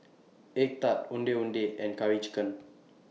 Egg Tart Ondeh Ondeh and Curry Chicken